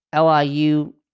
LIU